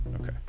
Okay